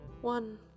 One